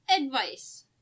Advice